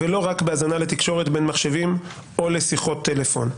ולא רק בהאזנה לתקשורת בין מחשבים או לשיחות טלפון.